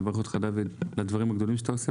אני מברך אותך דוד, על הדברים הגדולים שעושים.